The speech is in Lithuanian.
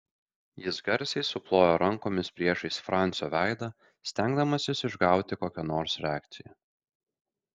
jis garsiai suplojo rankomis priešais francio veidą stengdamasis išgauti kokią nors reakciją